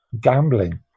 gambling